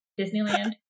Disneyland